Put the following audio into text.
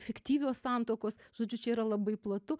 fiktyvios santuokos žodžiu čia yra labai platu